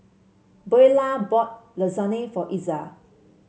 Buelah bought Lasagne for Iza